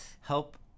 help